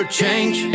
change